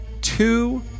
two